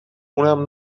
اونم